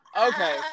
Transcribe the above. okay